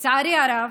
לצערי הרב,